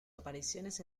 apariciones